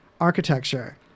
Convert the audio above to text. architecture